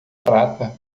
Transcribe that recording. prata